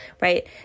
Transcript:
right